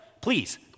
please